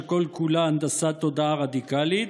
שכל-כולה הנדסת תודעה רדיקלית?